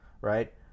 right